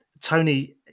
Tony